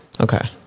Okay